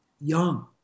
Young